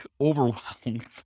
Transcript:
overwhelmed